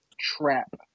trap